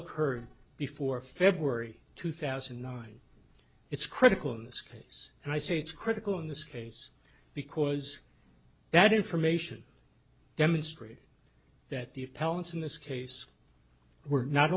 occurred before february two thousand and nine it's critical in this case and i say it's critical in this case because that information demonstrates that the appellant's in this case were not